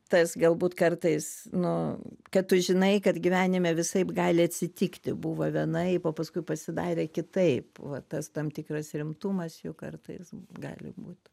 tas galbūt kartais nu kad tu žinai kad gyvenime visaip gali atsitikti buvo vienaip o paskui pasidarė kitaip va tas tam tikras rimtumas jų kartais gali būt